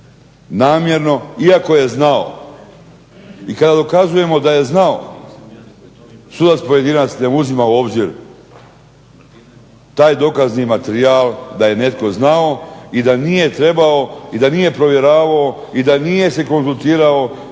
namjerno, iako je znao i kada dokazujemo da je znao sudac pojedinac ne uzima u obzir taj dokazni materijal da je netko znao i da nije trebao, i da nije provjeravao i da nije se konzultirao,